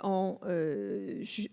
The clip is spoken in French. en je,